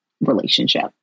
relationship